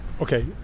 Okay